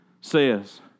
says